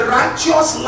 righteous